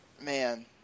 Man